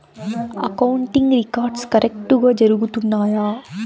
accounting records కరెక్టుగా జరుగుతున్నాయా